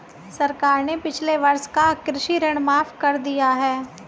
सरकार ने पिछले वर्ष का कृषि ऋण माफ़ कर दिया है